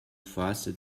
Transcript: faster